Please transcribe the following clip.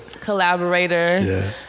collaborator